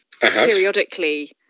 periodically